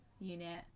unit